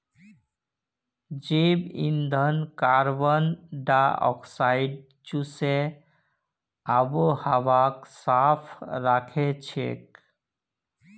जैव ईंधन कार्बन डाई ऑक्साइडक चूसे आबोहवाक साफ राखछेक